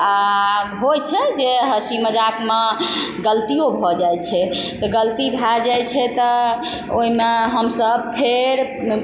आओर होइ छै जे हँसी मजाकमे गलतियो भऽ जाइ छै तऽ गलती भए जाइ छै तऽ ओइमे हमसब फेर